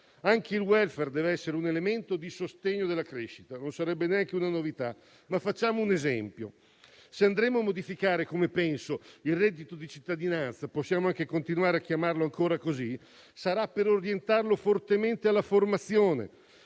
Anche il *welfare* deve essere un elemento di sostegno della crescita e non sarebbe neanche una novità. Facciamo un esempio. Se modificheremo - come penso - il reddito di cittadinanza - possiamo continuare a chiamarlo così - sarà per orientarlo fortemente alla formazione,